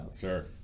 Sure